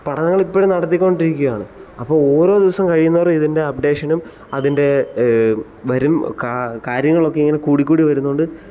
പഠനങ്ങൾ ഇപ്പഴും നടത്തികൊണ്ടിരിക്കുകയാണ് അപ്പ ഓരോ ദിവസം കഴിയും തോറും ഇതിൻ്റെ അപ്പ്ഡേഷനും അതിൻ്റെ വരും കാ കാര്യങ്ങളൊക്കെ ഇങ്ങനെ കൂടിക്കൂടി ഇങ്ങനെ വരുന്നത് കൊണ്ട്